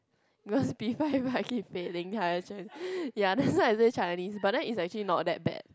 because P five I keep failing higher Chinese ya that's why i say Chinese but then is actually not that bad